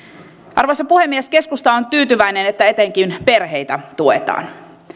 arvoisa puhemies keskusta on tyytyväinen että etenkin perheitä tuetaan